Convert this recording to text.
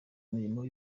imirimo